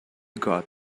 got